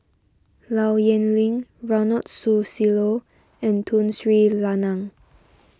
Low Yen Ling Ronald Susilo and Tun Sri Lanang